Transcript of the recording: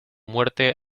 muerte